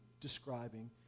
describing